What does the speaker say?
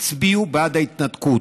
הצביעו בעד ההתנתקות.